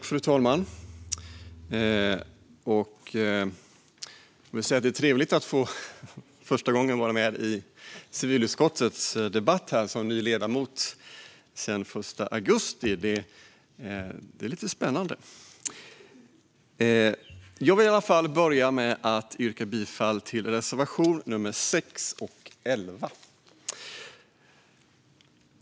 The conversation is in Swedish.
Fru talman! Det är trevligt att som ny ledamot, sedan den 1 augusti, för första gången delta i civilutskottets debatt. Det är lite spännande. Jag vill börja med att yrka bifall till reservationerna 6 och 11.